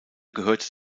gehörte